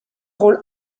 rôle